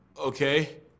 okay